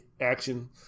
action